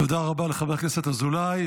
תודה רבה לחבר הכנסת אזולאי.